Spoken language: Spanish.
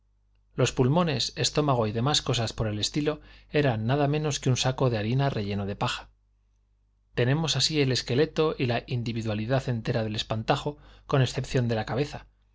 los pulmones estómago y demás cosas por el estilo eran nada menos que un saco de harina relleno de paja tenemos así el esqueleto y la individualidad entera del espantajo con excepción de la cabeza